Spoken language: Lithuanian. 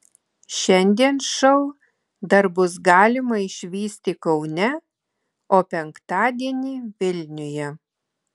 šiandien šou dar bus galima išvysti kaune o penktadienį vilniuje